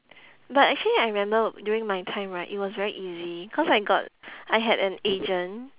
but actually I remember during my time right it was very easy cause I got I had an agent